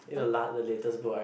is the la~ the latest book I